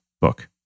book